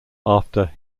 after